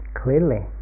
clearly